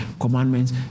commandments